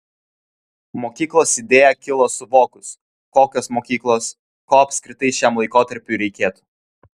mokyklos idėja kilo suvokus kokios mokyklos ko apskritai šiam laikotarpiui reikėtų